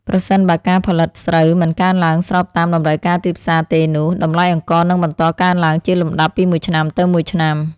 ប្រសិនបើការផលិតស្រូវមិនកើនឡើងស្របតាមតម្រូវការទីផ្សារទេនោះតម្លៃអង្ករនឹងបន្តកើនឡើងជាលំដាប់ពីមួយឆ្នាំទៅមួយឆ្នាំ។